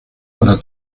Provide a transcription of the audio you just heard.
para